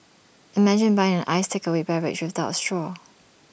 imagine buying an iced takeaway beverage without A straw